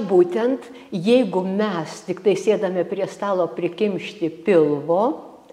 būtent jeigu mes tiktai sėdame prie stalo prikimšti pilvo